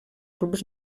clubs